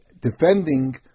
defending